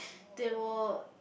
they were